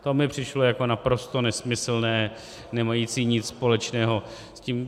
To mi přišlo jako naprosto nesmyslné, nemající nic společného s tím...